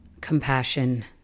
compassion